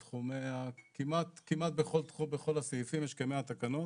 כמעט בכל הסעיפים יש כ-100 תקנות